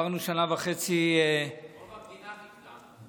רוב המדינה חיכתה.